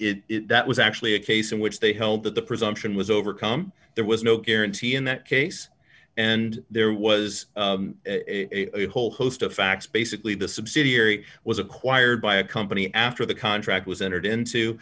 it was actually a case in which they held that the presumption was overcome there was no guarantee in that case and there was a whole host of facts basically the subsidiary was acquired by a company after the contract was entered into